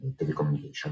telecommunication